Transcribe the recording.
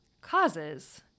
causes